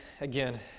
again